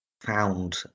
found